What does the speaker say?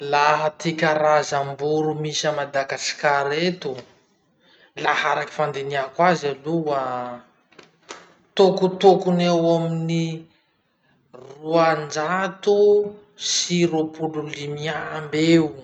Laha ty karazam-boro misy a madagasikara eto, laha araky fandinihako azy aloha tokotokony eo amin'ny roanjato sy ropolo limy amby eo.